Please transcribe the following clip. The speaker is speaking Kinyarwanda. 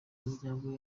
muryango